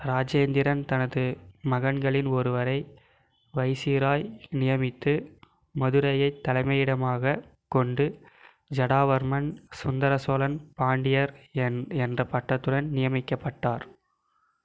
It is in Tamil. இராஜேந்திரன் தனது மகன்களில் ஒருவரை வைசிராய் நியமித்து மதுரையைத் தலைமையிடமாகக் கொண்டு ஜடாவர்மன் சுந்தர சோழன் பாண்டியர் என் என்ற பட்டத்துடன் நியமிக்கப்பட்டார்